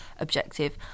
objective